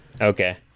Okay